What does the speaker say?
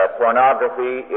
pornography